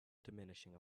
diminishing